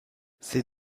ces